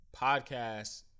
podcast